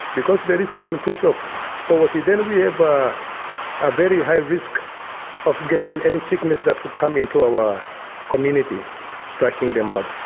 because there is an increase of poverty then we have a very high risk of getting any sickness that would come into our community striking them ah